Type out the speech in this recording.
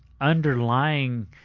underlying